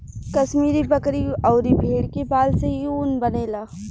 कश्मीरी बकरी अउरी भेड़ के बाल से इ ऊन बनेला